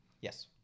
Yes